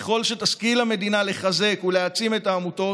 ככל שתשכיל המדינה לחזק ולהעצים את העמותות,